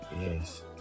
Yes